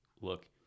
look